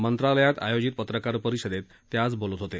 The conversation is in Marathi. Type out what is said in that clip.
मंत्रालयात आयोजित पत्रकार परिषदेत ते आज बोलत होते